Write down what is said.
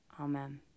Amen